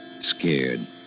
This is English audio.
scared